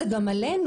זה גם עלינו,